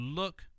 look